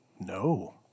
No